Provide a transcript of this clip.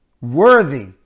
worthy